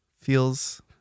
feels